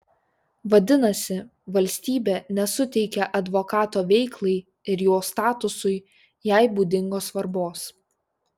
vadinasi valstybė nesuteikia advokato veiklai ir jo statusui jai būdingos svarbos